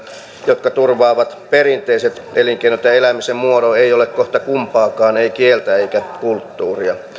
jotka turvaavat perinteiset elinkeinot ja elämisen muodon ei ei ole kohta kumpaakaan ei kieltä eikä kulttuuria